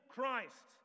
Christ